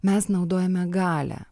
mes naudojame galią